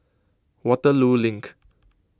Waterloo Link